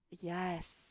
Yes